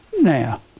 Now